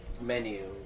menu